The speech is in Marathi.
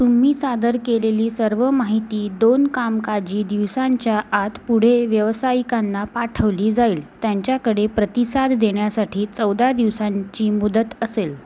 तुम्ही सादर केलेली सर्व माहिती दोन कामकाजी दिवसांच्या आत पुढे व्यवसायिकांना पाठवली जाईल त्यांच्याकडे प्रतिसाद देण्यासाठी चौदा दिवसांची मुदत असेल